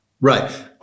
Right